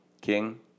King